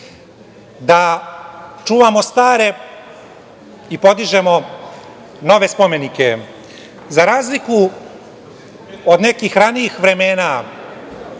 Da čuvamo stare i podižemo nove spomenike.Za razliku od nekih ranijih vremena